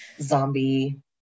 zombie